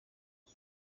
uyu